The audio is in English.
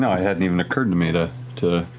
hadn't even occurred to me to to